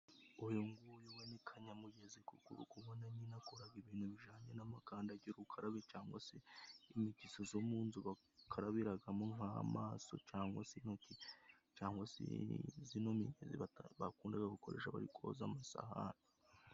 Uyu nguyu we ni Kanyamugezi kuko uri kubona nyine akoraga ibintu bijanye n'amakandagirukarabe cyangwa se imigezi zo mu nzu bakarabiragamo nk'amaso cyangwa se intoki cyangwa se zino migezi baka bakundaga gukoresha bari koza amasahani.